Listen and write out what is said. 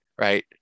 Right